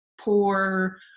poor